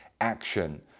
action